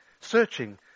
searching